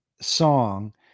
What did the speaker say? song